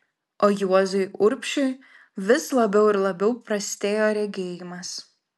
o juozui urbšiui vis labiau ir labiau prastėjo regėjimas